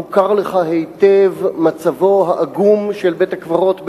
מוכר לך היטב מצבו העגום של בית-הקברות בהר-הזיתים.